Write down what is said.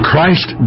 Christ